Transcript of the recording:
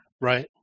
Right